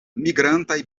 migrantaj